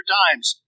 times